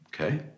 Okay